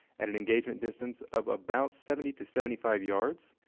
at an engagement distance of about seventy to seventy five yards,